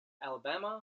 alabama